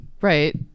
right